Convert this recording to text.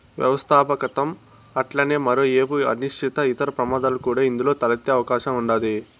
వ్యవస్థాపకతం అట్లనే మరో ఏపు అనిశ్చితి, ఇతర ప్రమాదాలు కూడా ఇందులో తలెత్తే అవకాశం ఉండాది